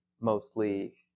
mostly